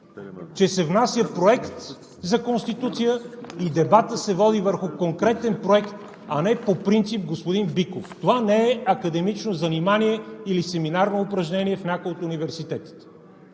че се внася проект за Конституция и дебатът се води върху конкретен проект, а не по принцип, господин Биков. Това не е академично занимание или семинарно упражнение в някои от университетите.